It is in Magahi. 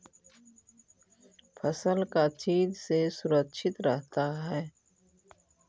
फसल का चीज से सुरक्षित रहता है?